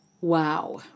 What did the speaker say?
Wow